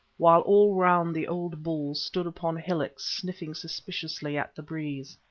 while all round the old bulls stood upon hillocks sniffing suspiciously at the breeze.